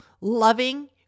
loving